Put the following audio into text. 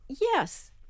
yes